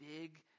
big